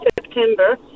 september